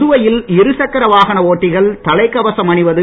புதுவையில் இருசக்கர வாகன ஓட்டிகள் தலைக்கவசம் அணிவது